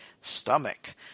stomach